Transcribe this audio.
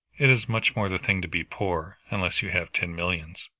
it is much more the thing to be poor, unless you have ten millions.